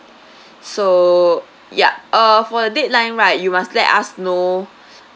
so yup uh for the deadline right you must let us know